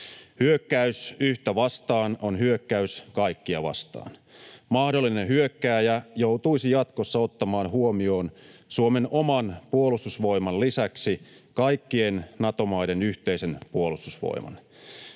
Hyökkäys yhtä vastaan on hyökkäys kaikkia vastaan. Mahdollinen hyökkääjä joutuisi jatkossa ottamaan huomioon Suomen oman puolustusvoiman lisäksi kaikkien Nato-maiden yhteisen puolustusvoiman.